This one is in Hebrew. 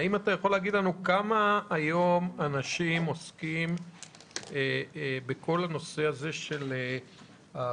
האם אתה יכול להגיד לנו כמה אנשים היום עוסקים בכל הנושא הזה של הרישום?